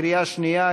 קריאה שנייה,